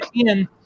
again